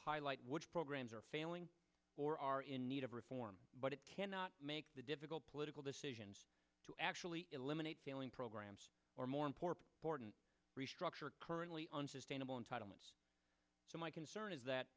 highlight which programs are failing or are in need of reform but it cannot make the difficult political decisions to actually eliminate failing programs or more important restructure currently unsustainable entitlements so my concern is that